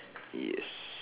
yes